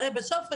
הרי בסוף השנה,